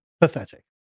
Pathetic